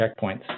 checkpoints